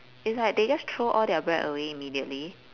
is like they just throw all their bread away immediately